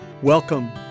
Welcome